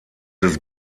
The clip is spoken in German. des